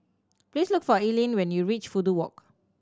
please look for Eileen when you reach Fudu Walk